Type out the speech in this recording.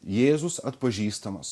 jėzus atpažįstamas